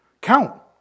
count